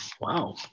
Wow